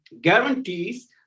guarantees